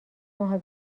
ماه